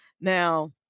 now